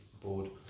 Board